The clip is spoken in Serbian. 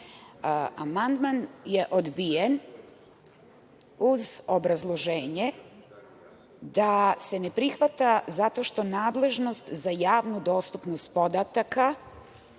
je odbijen uz obrazloženje da se ne prihvata zato što nadležnost za javnu dostupnost podataka